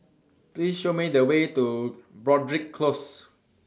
Please Show Me The Way to Broadrick Close